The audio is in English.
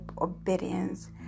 obedience